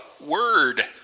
word